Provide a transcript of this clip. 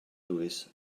lewis